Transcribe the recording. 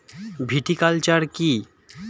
Viticulture কী?